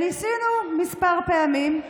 וניסינו כמה פעמים.